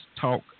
talk